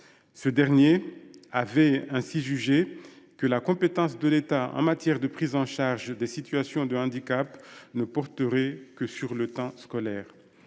lequel celui ci a jugé que la compétence de l’État en matière de prise en charge des situations de handicap ne devait porter que sur le temps scolaire.